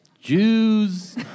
Jews